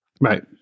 Right